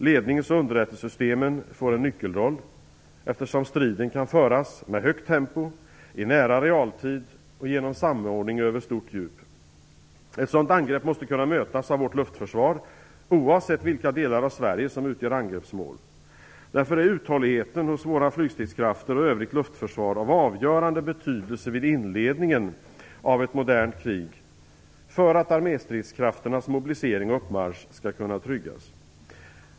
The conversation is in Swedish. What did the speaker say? Lednings och underrättelsesystemen får en nyckelroll eftersom striden kan föras med högt tempo i nära realtid och genom samordning över stort djup. Ett sådant angrepp måste kunna mötas av vårt luftförsvar oavsett vilka delar av Sverige som utgör angreppsmål. Därför är uthålligheten hos våra flygstridskrafter och övrigt luftförsvar av avgörande betydelse vid inledningen av ett modernt krig för att arméstridskrafternas mobilisering och uppmarsch skall kunna tryggas.